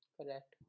Correct